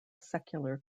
secular